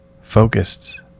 focused